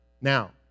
Now